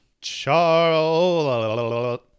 Charles